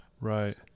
Right